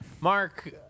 Mark